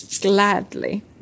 gladly